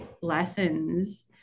lessons